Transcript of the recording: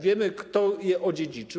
Wiemy, kto je odziedziczył.